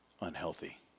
unhealthy